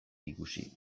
ikusi